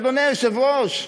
אדוני היושב-ראש.